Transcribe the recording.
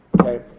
Okay